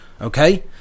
Okay